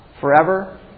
forever